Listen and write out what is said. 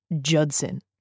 Judson